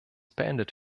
beendet